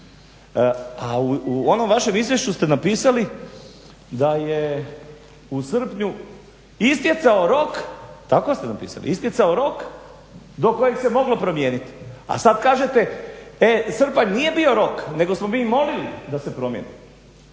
A u onom vašem izvješću ste napisali da je u srpnju istjecao rok, tako ste napisali, istjecao rok do kojeg se moglo promijeniti, a sad kažete e srpanj nije bio rok, nego smo mi molili da se promijeni,